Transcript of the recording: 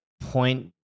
point